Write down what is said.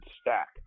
Stack